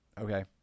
okay